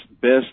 best